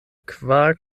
kvar